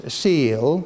seal